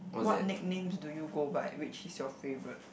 what nicknames do you go by which is your favourite